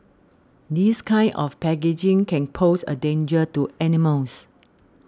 this kind of packaging can pose a danger to animals